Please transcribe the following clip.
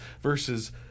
versus